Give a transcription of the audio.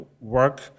work